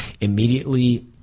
immediately